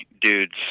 dudes